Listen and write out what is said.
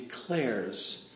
declares